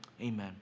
Amen